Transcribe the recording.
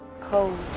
Cold